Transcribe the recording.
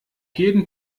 jeden